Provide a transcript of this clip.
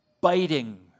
biting